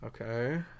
Okay